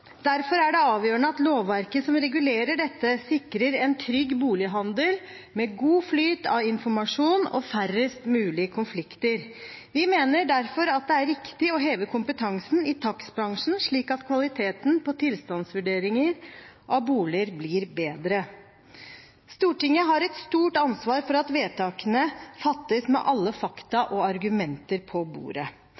Derfor er det avgjørende at lovverket som regulerer dette, sikrer en trygg bolighandel med god flyt av informasjon og færrest mulig konflikter. Vi mener derfor det er riktig å heve kompetansen i takstbransjen, slik at kvaliteten på tilstandsvurderinger av boliger blir bedre. Stortinget har et stort ansvar for at vedtakene fattes med alle fakta